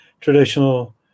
traditional